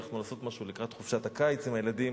הלכנו לעשות משהו לקראת חופשת הקיץ עם הילדים,